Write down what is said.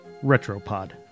Retropod